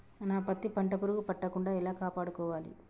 నా పత్తి పంట పురుగు పట్టకుండా ఎలా కాపాడుకోవాలి?